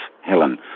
Helen